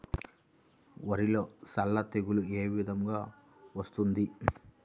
వరిలో సల్ల తెగులు ఏ విధంగా వస్తుంది?